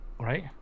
Right